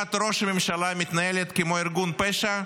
לשכת ראש הממשלה מתנהלת כמו ארגון פשע?